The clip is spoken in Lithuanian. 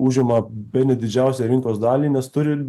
užima bene didžiausią rinkos dalį nes turi